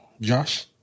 Josh